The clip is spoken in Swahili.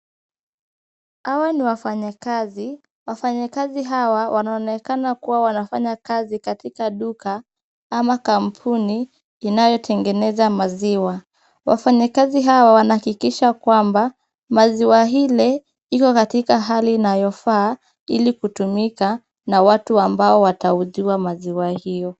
Hawa ni wafanyikazi, wafanyikazi hawa wanaonekana kuwa wanafanya kazi katika duka ama kampuni, inayotengeneza maziwa. Wafanyikazi hawa wanahakikisha kwamba maziwa ile, iko katika hali inayofaa ili kutumika na watu ambao watauziwa maziwa hiyo.